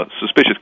suspicious